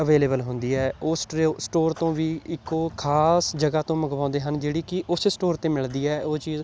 available ਹੁੰਦੀ ਹੈ ਉਸ ਸਟੋਰ ਤੋਂ ਵੀ ਇੱਕੋ ਖਾਸ ਜਗ੍ਹਾ ਤੋਂ ਮੰਗਵਾਉਂਦੇ ਹਨ ਜਿਹੜੀ ਕਿ ਉਸ ਸਟੋਰ 'ਤੇ ਮਿਲਦੀ ਹੈ ਉਹ ਚੀਜ਼